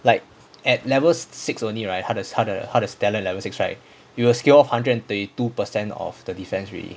like at level six only right 他的他的他的他的 level six right you will scale off hundred and thirty two percent of the defence already